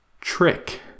trick